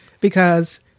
because-